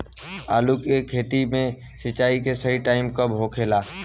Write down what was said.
आलू के खेती मे सिंचाई के सही टाइम कब होखे ला?